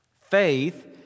Faith